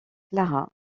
clara